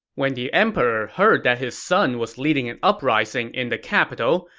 when the emperor heard that his son was leading an uprising in the capital,